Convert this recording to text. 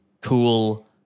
cool